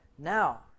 Now